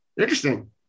interesting